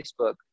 Facebook